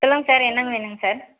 சொல்லுங்கள் சார் என்ன வேணுங்க சார்